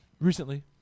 recently